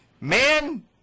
man